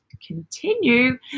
continue